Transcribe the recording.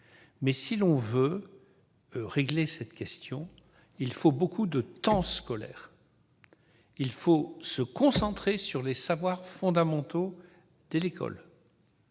mais, si l'on veut régler cette question, il faut beaucoup de temps scolaire, se concentrer sur les savoirs fondamentaux dès l'école,